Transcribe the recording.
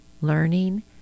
learning